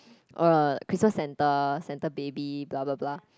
!wah! Christmas Santa Santa baby blah blah blah